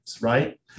right